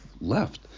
left